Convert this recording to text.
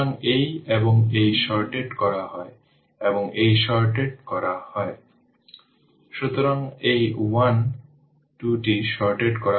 সুতরাং আমি আশা করি এই জিনিসগুলি বোধগম্য এবং বেশ সহজ